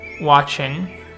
watching